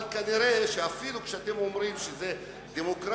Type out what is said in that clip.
אבל כנראה אפילו כשאתם אומרים שזה דמוקרטיה,